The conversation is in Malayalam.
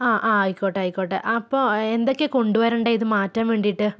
ആ ആ ആയിക്കോട്ടെ ആയിക്കോട്ടെ അപ്പോൾ എന്തൊക്കെയാണ് കൊണ്ടുവരേണ്ടത് ഇത് മാറ്റാൻ വേണ്ടിയിട്ട്